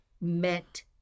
meant